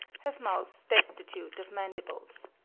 have mouths destitute of mandibles.